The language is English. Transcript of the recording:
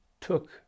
took